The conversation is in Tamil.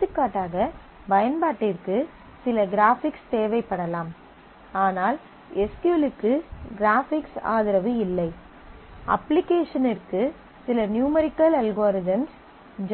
எடுத்துக்காட்டாக பயன்பாட்டிற்கு சில கிராபிக்ஸ் தேவைப்படலாம் ஆனால் எஸ் க்யூ எல் க்கு கிராபிக்ஸ் ஆதரவு இல்லை அப்ப்ளிகேஷனிற்கு சில நியூமெரிக்கல் அல்காரிதம்ஸ்